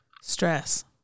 Stress